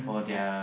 ya